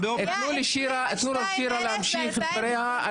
תנו לשירה להמשיך את דבריה.